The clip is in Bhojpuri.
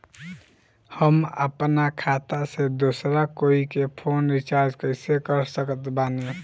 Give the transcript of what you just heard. हम अपना खाता से दोसरा कोई के फोन रीचार्ज कइसे कर सकत बानी?